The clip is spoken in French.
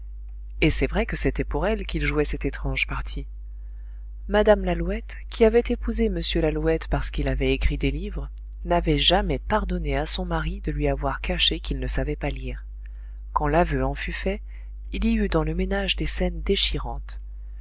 et c'est vrai que c'était pour elle qu'il jouait cette étrange partie mme lalouette qui avait épousé m lalouette parce qu'il avait écrit des livres n'avait jamais pardonné à son mari de lui avoir caché qu'il ne savait pas lire quand l'aveu en fut fait il y eut dans le ménage des scènes déchirantes